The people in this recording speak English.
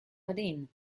odin